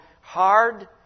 hard